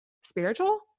spiritual